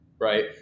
right